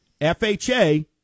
FHA